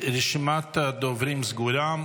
רשימת הדוברים סגורה.